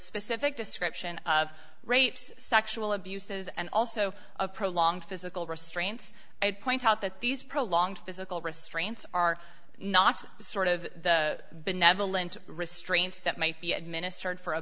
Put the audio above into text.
specific description of rapes sexual abuses and also a prolonged physical restraints i would point out that these prolonged physical restraints are not the sort of the benevolent restraints that might be administered for a